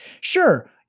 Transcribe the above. Sure